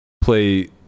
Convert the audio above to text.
play